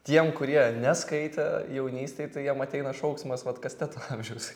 tiem kurie neskaito jaunystėj tai jiem ateina šauksmas vat kasteto amžiaus